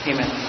Amen